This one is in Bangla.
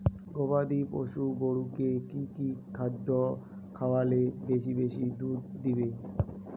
গবাদি পশু গরুকে কী কী খাদ্য খাওয়ালে বেশী বেশী করে দুধ দিবে?